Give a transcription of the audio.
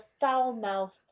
foul-mouthed